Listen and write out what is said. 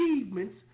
achievements